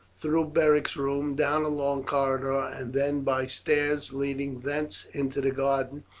through beric's room, down a long corridor, and then by stairs leading thence into the garden,